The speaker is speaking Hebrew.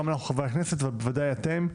גם אנחנו חברי הכנסת ובוודאי אתם,